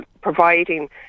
providing